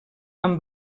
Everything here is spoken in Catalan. amb